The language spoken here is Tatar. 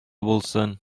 булсын